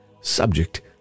subject